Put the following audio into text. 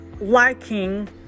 liking